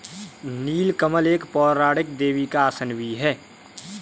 नील कमल एक पौराणिक देवी का आसन भी है